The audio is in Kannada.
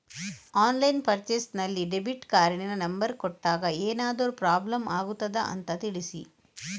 ಆನ್ಲೈನ್ ಪರ್ಚೇಸ್ ನಲ್ಲಿ ಡೆಬಿಟ್ ಕಾರ್ಡಿನ ನಂಬರ್ ಕೊಟ್ಟಾಗ ಏನಾದರೂ ಪ್ರಾಬ್ಲಮ್ ಆಗುತ್ತದ ಅಂತ ತಿಳಿಸಿ?